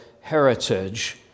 heritage